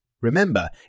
Remember